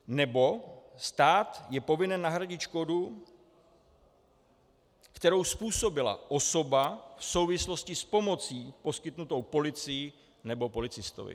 Nebo stát je povinen nahradit škodu, kterou způsobila osoba v souvislosti s pomocí poskytnutou policii nebo policistovi.